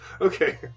okay